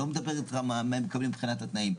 אני לא מדבר איתכם מה הם מקבלים מבחינת התנאים.